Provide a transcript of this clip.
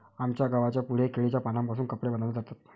आमच्या गावाच्या पुढे केळीच्या पानांपासून कपडे बनवले जातात